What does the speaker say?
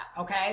Okay